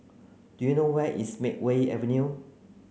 do you know where is Makeway Avenue